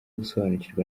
gusobanukirwa